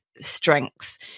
strengths